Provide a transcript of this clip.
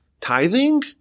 tithing